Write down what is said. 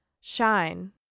Shine